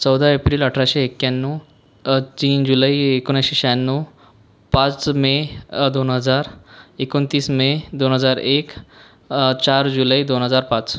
चौदा एप्रिल अठराशे एक्याण्णव तीन जुलै एकोणीसशे शहाण्णव पाच मे दोन हजार एकोणतीस मे दोन हजार एक चार जुलै दोन हजार पाच